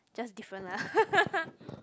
just different lah